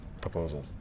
proposal